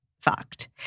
fucked